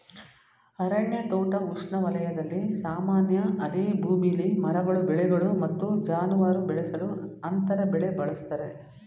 ಅರಣ್ಯ ತೋಟ ಉಷ್ಣವಲಯದಲ್ಲಿ ಸಾಮಾನ್ಯ ಅದೇ ಭೂಮಿಲಿ ಮರಗಳು ಬೆಳೆಗಳು ಮತ್ತು ಜಾನುವಾರು ಬೆಳೆಸಲು ಅಂತರ ಬೆಳೆ ಬಳಸ್ತರೆ